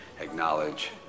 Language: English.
acknowledge